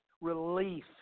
relief